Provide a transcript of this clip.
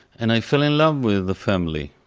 and i fell in love with the family.